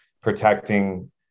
protecting